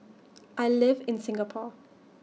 I live in Singapore